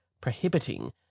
prohibiting